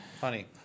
Funny